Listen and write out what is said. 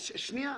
שנייה.